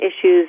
issues